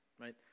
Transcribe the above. Right